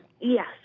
Yes